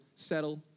settle